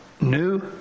New